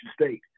State